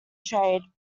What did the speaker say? trade